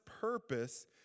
purpose